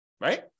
right